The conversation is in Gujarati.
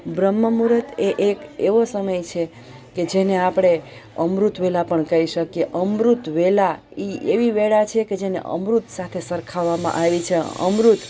બ્રહ્મ મૂરત એ એક એવો સમય છે કે જેને આપણે અમૃત વેલા પણ કઈ અમૃત વેલા એ એવી વેળા છે કે જેને અમૃત સાથે સરખાવવામાં આવી છે અમૃત